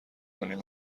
کنین